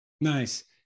Nice